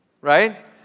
right